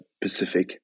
Pacific